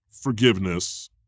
forgiveness